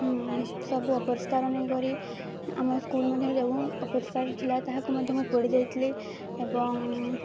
ସବୁ ଅପରିଷ୍କାର ନେଇକରି ଆମ ସ୍କୁଲ୍ ମଧ୍ୟ ଯେଉଁ ଅପରିଷ୍କାର ଥିଲା ତାହାକୁ ମଧ୍ୟ ମୁଁ ପୋଡ଼ିଯାଇଥିଲି ଏବଂ